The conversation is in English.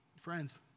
friends